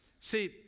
See